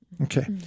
Okay